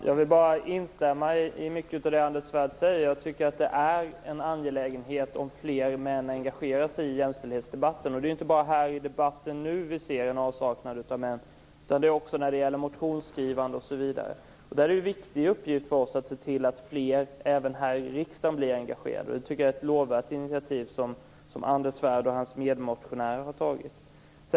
Fru talman! Jag vill bara instämma i mycket av det Anders Svärd säger. Jag tycker att det är en angelägenhet att fler män engagerar sig i jämställdhetsdebatten. Det är inte bara här i debatten nu som vi ser en avsaknad av män, utan det är också när det gäller motionsskrivande osv. Det är en viktig uppgift för oss att se till att fler även här i riksdagen blir engagerade. Det är ett lovvärt initiativ som Anders Svärd och hans medmotionärer har tagit.